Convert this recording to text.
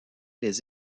les